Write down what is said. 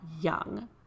young